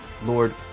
Lord